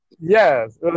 Yes